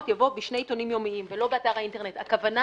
הכוונה